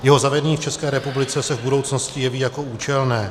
Jeho zavedení v České republice se v budoucnosti jeví jako účelné.